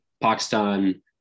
Pakistan